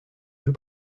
rues